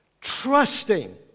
Trusting